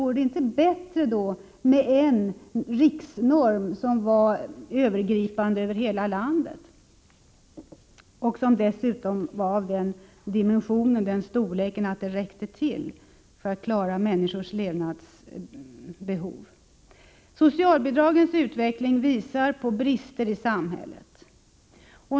Vore det inte bättre med en riksnorm, som skulle gälla över hela landet och som dessutom skulle vara av den dimensionen att den räckte till när det gäller att klara människors levnadsbehov? Socialbidragens utveckling visar på brister i samhället.